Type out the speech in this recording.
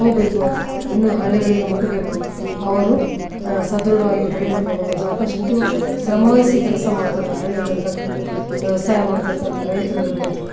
ಹೋಗ್ಬೇಕು ಇನ್ನೂ ಹಳ್ಳಿಗಳಿಗೆ ಮುಟ್ಟಬೇಕು ಅವರು ಸದೃಢವಾಗಿ ಬೆಳೀಬೇಕು ಅವರು ಸಾಕಷ್ಟು ಶ್ರಮ ವಹಿಸಿ ಕೆಲಸ ಮಾಡ್ತಾರೆ ಹಳ್ಳಿಗಳಲ್ಲಿರತಕ್ಕಂಥ ವ್ಯವಸಾಯ ಮಾಡತಕ್ಕಂಥ ರೈತರಿರ್ಬೋದು